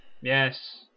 Yes